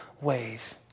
ways